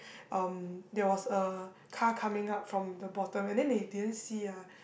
um there was a car coming up from the bottom and then they didn't see ah